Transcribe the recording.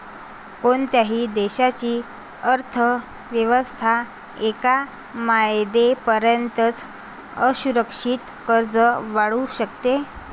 कोणत्याही देशाची अर्थ व्यवस्था एका मर्यादेपर्यंतच असुरक्षित कर्ज वाढवू शकते